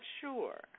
sure